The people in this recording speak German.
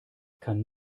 kann